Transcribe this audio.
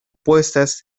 opuestas